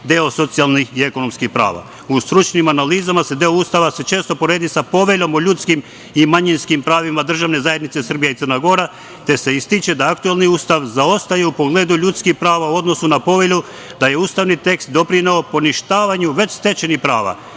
deo socijalnih i ekonomskih prava.U stručnim analizama se deo Ustava često upoređuje sa Poveljom o ljudskim i manjinskim pravima državne zajednice Srbija i Crna Gora, te se ističe da aktuelni Ustav zaostaje u pogledu ljudskih prava u odnosu na Povelju, da je ustavni tekst doprineo poništavanju već stečenih prava